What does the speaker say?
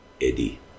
Eddie